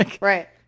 Right